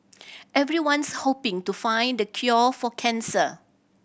everyone's hoping to find the cure for cancer